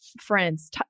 friends